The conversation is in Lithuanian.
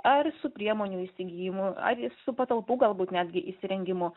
ar su priemonių įsigijimu ar su patalpų galbūt netgi įsirengimu